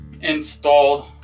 installed